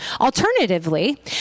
Alternatively